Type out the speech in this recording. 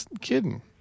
kidding